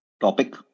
topic